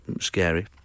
scary